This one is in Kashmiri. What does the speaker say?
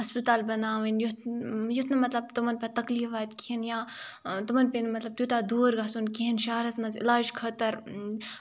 ہَسپَتال بَناوٕنۍ یُتھ یُتھ نہٕ مطلب تِمَن پَتہٕ تکلیٖف واتہِ کِہیٖنۍ یا تِمَن پیٚیہِ نہٕ مطلب تیوٗتاہ دوٗر گژھُن کِہیٖنۍ شہرَس منٛز علاج خٲطرٕ